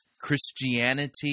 Christianity